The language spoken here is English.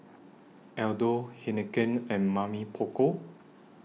Aldo Heinekein and Mamy Poko